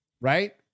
right